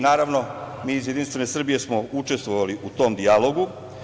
Naravno, mi iz Jedinstvene Srbije smo učestvovali u tom dijalogu.